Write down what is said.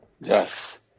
Yes